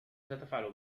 ستفعل